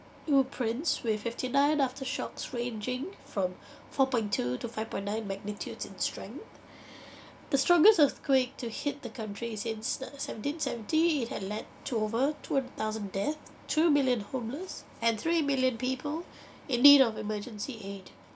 with fifty nine aftershocks ranging from four point two to five point nine magnitudes in strength the strongest earthquake to hit the countries in seventeen seventy had led to over two hundred thousand death two million homeless and three million people in need of emergency aid